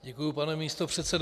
Děkuji, pane místopředsedo.